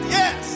yes